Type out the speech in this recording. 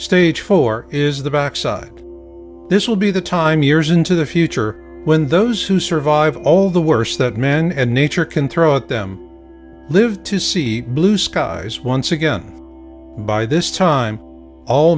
stage four is the backside this will be the time years into the future when those who survive all the worse that man and nature can throw at them live to see blue skies once again by this time